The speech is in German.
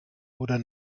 oder